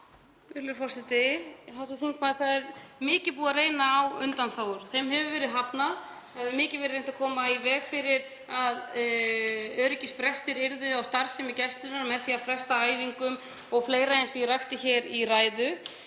það er mikið búið að reyna á undanþágur og þeim hefur verið hafnað. Það var mikið reynt að koma í veg fyrir að öryggisbrestir yrðu á starfsemi Gæslunnar með því að fresta æfingum o.fl., eins og ég rakti hér í ræðu.